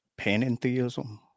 panentheism